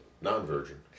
non-virgin